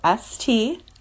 ST